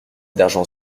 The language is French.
d’argent